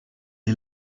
est